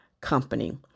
company